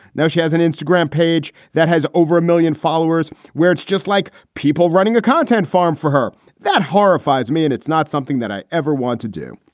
now she has an instagram page that has over a million followers where it's just like people running a content farm for her. that horrifies me and it's not something that i ever want to do.